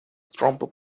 trumpet